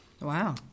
Wow